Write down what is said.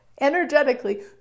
energetically